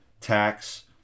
tax